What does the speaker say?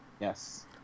yes